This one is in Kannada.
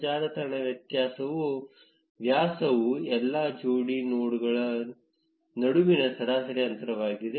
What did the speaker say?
ಜಾಲತಾಣ ವ್ಯಾಸವು ಎಲ್ಲಾ ಜೋಡಿ ನೋಡ್ಗಳ ನಡುವಿನ ಸರಾಸರಿ ಅಂತರವಾಗಿದೆ